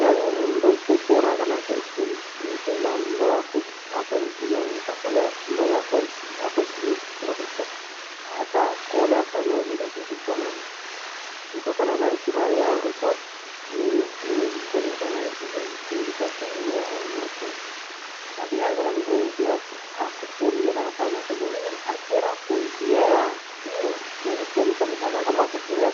Yani mru ikifwa kana ikuheshimu kiba mru ikuheshimu kole mru aya akuheshimie kindokicha hata kole akuviwa kindo kivichwa na mru itikana na heshima iya aure kuafo. Ni ngumu thana mru iirikia ku iyee airie kui lakini haghire mru ungi ukufurie ukavira kindo achiihira kui iyee ha iho ni keni kabitha, hata kama akurora